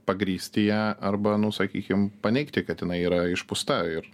pagrįsti ją arba nu sakykim paneigti kad jinai yra išpūsta ir